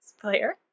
player